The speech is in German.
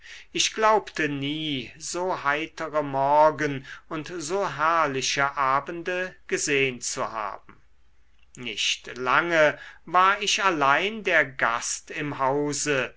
ich glaubte nie so heitere morgen und so herrliche abende gesehn zu haben nicht lange war ich allein der gast im hause